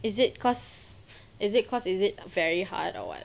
is it cause is it cause is it very hard or what